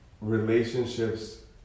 relationships